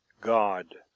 god